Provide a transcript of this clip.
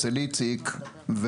אצל איציק.